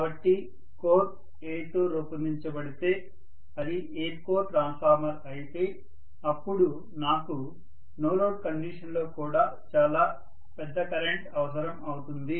కాబట్టి core air తో రూపొందించబడితే అది ఎయిర్ కోర్ ట్రాన్స్ఫార్మర్ అయితే అప్పుడు నాకు నో లోడ్ కండిషన్ లో కూడా చాలా పెద్ద కరెంట్ అవసరం అవుతుంది